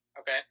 Okay